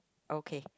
okay